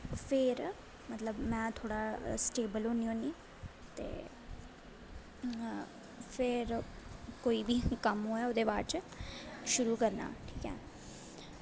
फिर में मतलब थोह्ड़ा स्टेबल होन्नी होन्नी फिर कोई बी कम्म होऐ ओह्दे बाद च शुरु करना ठीक ऐ